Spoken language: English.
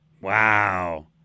Wow